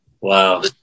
Wow